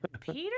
Peter